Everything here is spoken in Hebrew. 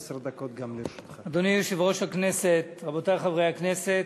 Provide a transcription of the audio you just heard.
אדוני יושב-ראש הכנסת, רבותי חברי הכנסת,